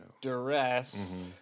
duress